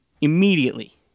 Immediately